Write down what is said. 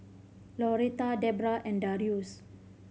Laurette Debbra and Darius